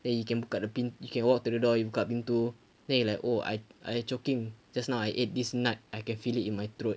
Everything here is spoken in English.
then you can buka the pin you can walk to the door buka pintu then you like oh I I choking just now I ate this nut I can feel it in my throat